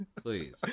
please